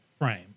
frame